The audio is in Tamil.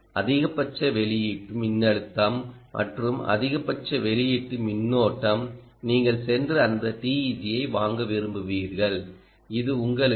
அதிகபட்ச வெளியீட்டு மின்னழுத்தம் மற்றும் அதிகபட்ச வெளியீட்டு மின்னோட்டம் நீங்கள் சென்று அந்த TEG ஐ வாங்க விரும்புவீர்கள் இது உங்களுக்கு அதிகபட்ச சக்தி வெளியீட்டை வழங்குகிறது